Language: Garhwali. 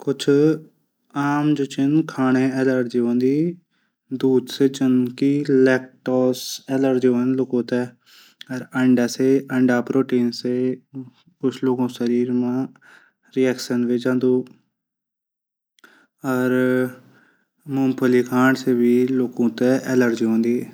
कुछ आम खाणा एलर्जी हूंदी दूध से लैक्टोज एलर्जी हूदी लूखू थै। अःडा प्रोटीन से कुछ लोगों शरीर मा रियेकसन वे जांदू। अर मुमफली खाणू से भी लूखू थै एलर्जी हूंद)